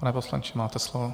Pane poslanče, máte slovo.